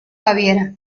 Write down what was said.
baviera